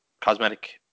cosmetic